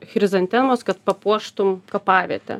chrizantemos kad papuoštum kapavietę